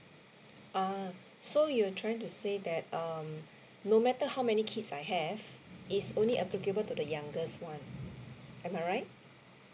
ah so you're trying to say that um no matter how many kids I have it's only applicable to the youngest one am I right